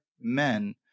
men –